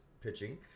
pitching